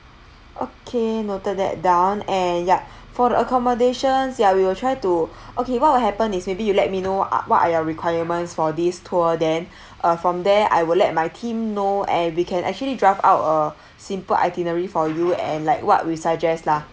okay noted that down and ya for the accommodations ya we will try to okay what will happen is maybe you let me know what are your requirements for this tour then uh from there I will let my team know and we can actually draft out a simple itinerary for you and like what we suggest lah